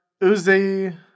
Uzi